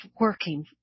working